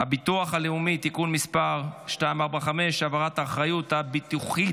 הביטוח הלאומי (תיקון מס' 245) (העברת האחריות הביטוחית